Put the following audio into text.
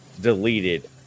deleted